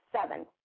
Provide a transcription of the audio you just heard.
seven